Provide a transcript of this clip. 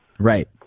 Right